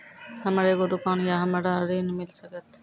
हमर एगो दुकान या हमरा ऋण मिल सकत?